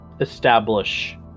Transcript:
establish